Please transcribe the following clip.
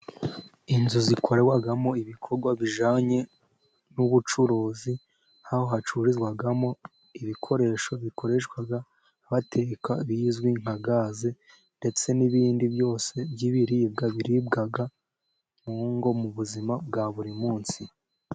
Inzu zikorerwamo ibikorwa bijyanye n'ubucuruzi, aho hacururizwamo ibikoresho bikoreshwa hateka bizwi nka gaze, ndetse n'ibindi byose by'ibiribwa biribwa mu ngo, mu buzima bwa buri munsi.